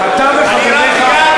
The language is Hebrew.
אני הרמתי יד?